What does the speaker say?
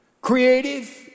creative